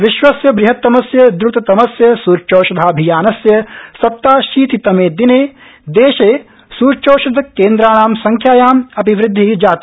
विश्वस्य बृहत्तमस्य द्र्ततमस्य सूच्यौषधाभियानस्य सप्ताशीतितमे दिने देशे सूच्यौषधा केन्द्राणा संख्यायाम् अपि वृद्धि जाता